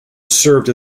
served